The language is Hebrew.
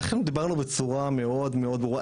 אנחנו דיברנו בצורה מאוד מאוד ברורה,